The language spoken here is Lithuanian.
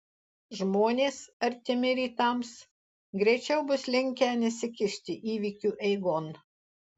žmonės artimi rytams greičiau bus linkę nesikišti įvykių eigon